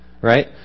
Right